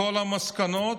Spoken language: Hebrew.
כל המסקנות,